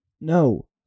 No